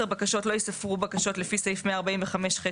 בקשות לא יספרו בקשות לפי סעיף 145(ח)(3),